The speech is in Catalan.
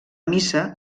missa